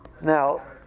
now